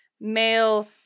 male